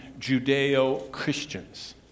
Judeo-Christians